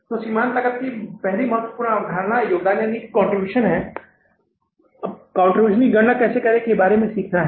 तो सीमांत लागत की पहली महत्वपूर्ण अवधारणा योगदान है या योगदान की गणना कैसे करें के बारे में सीखना है